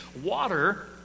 water